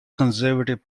conservative